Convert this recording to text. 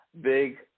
Big